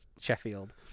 Sheffield